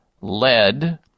lead